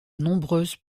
nombreuses